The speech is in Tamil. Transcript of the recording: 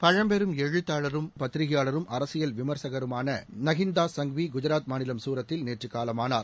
பழம்பெரும் எழுத்தாளரும் பத்திரிகையாளரும் அரசியல் விமர்சகருமானநகின்தாஸ் சங்விகுஜராத் மாநிலம் சூரத்தில் நேற்றுகாலமானார்